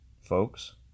folks